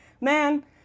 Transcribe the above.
man